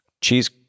Cheese